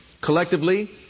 Collectively